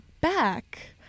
back